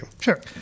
Sure